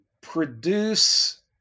produce